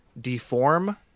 Deform